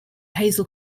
hazel